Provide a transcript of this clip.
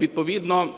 Відповідно